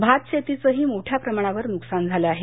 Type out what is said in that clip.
भातशेतीचही मोठ्या प्रमाणावर नुकसान झालं आहे